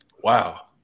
Wow